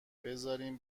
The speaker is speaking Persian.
بزارین